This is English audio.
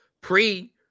pre